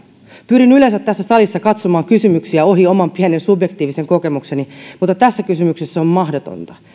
pyrin yleensä tässä salissa katsomaan kysymyksiä ohi oman pienen subjektiivisen kokemukseni mutta tässä kysymyksessä se on mahdotonta